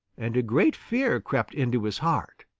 and a great fear crept into his heart.